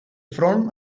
front